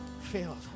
filled